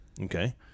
Okay